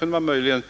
Här gäller